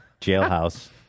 jailhouse